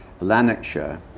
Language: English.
Lanarkshire